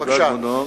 תודה, כבודו.